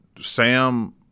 Sam